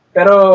Pero